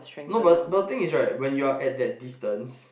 no but but the thing is right when you are at that distance